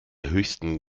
höchsten